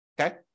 okay